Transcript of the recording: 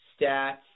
Stats